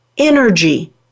energy